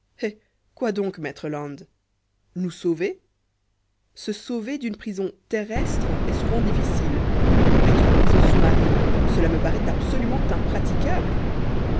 quoi donc maître land nous sauver se sauver d'une prison terrestre est souvent difficile mais d'une prison sous-marine cela me paraît absolument impraticable